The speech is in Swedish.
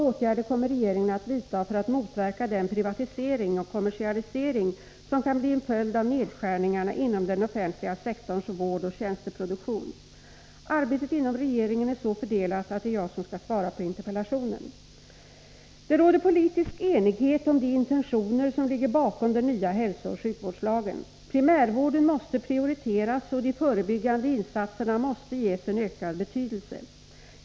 Arbetet inom regeringen är så fördelat att det är jag som skall svara på interpellationen. Det råder politisk enighet om de intentioner som ligger bakom den nya hälsooch sjukvårdslagen. Primärvården måste prioriteras och de förebyggande insatserna måste ges en ökad betydelse.